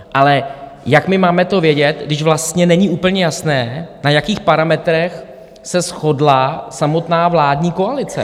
Ale jak my to máme vědět, když vlastně není úplně jasné, na jakých parametrech se shodla samotná vládní koalice?